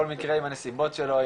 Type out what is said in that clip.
כל מקרה עם הנסיבות שלו,